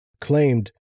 claimed